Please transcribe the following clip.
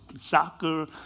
soccer